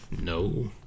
No